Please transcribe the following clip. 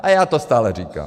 A já to stále říkám.